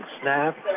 Snap